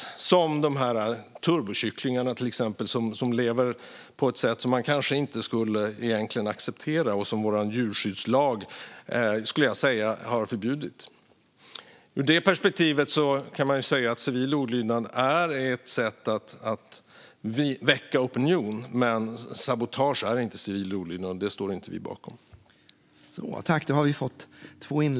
Det gäller till exempel turbokycklingarna, som lever på ett sätt man kanske egentligen inte skulle acceptera och som vår djurskyddslag - skulle jag säga - har förbjudit. Ur det perspektivet kan man ju säga att civil olydnad är ett sätt att väcka opinion, men sabotage är inte civil olydnad. Vi står inte bakom det.